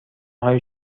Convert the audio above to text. های